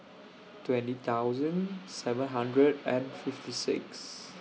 twenty thousand seven hundred and fifty six